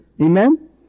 Amen